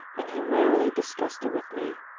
and he rarely discussed it with me.